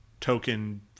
token